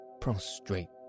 prostrate